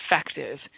effective